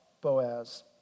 Boaz